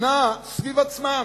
נע סביב עצמם.